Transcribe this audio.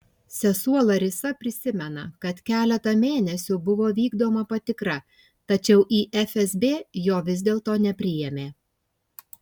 sesuo larisa prisimena kad keletą mėnesių buvo vykdoma patikra tačiau į fsb jo vis dėlto nepriėmė